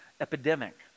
epidemic